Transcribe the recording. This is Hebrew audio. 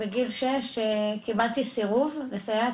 בגיל שש קיבלתי סירוב לסייעת,